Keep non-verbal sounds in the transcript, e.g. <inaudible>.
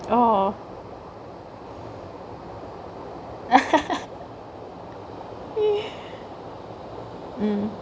orh <laughs> mm